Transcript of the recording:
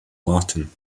latin